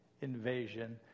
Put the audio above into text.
invasion